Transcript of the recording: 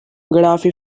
gaddafi